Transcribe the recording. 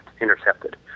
intercepted